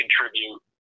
contribute